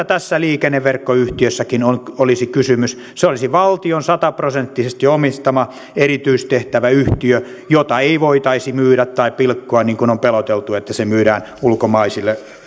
tässä liikenneverkkoyhtiössäkin olisi kysymys se olisi valtion sata prosenttisesti omistama erityistehtäväyhtiö jota ei voitaisi myydä tai pilkkoa on peloteltu että se myydään ulkomaisille